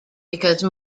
because